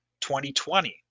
2020